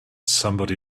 somebody